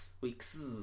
weeks